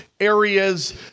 areas